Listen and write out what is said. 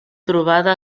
trobada